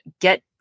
get